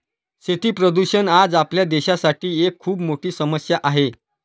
शेती प्रदूषण आज आपल्या देशासाठी एक खूप मोठी समस्या आहे